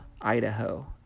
Idaho